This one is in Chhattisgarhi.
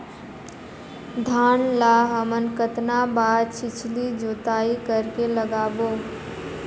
धान ला हमन कतना बार छिछली जोताई कर के लगाबो?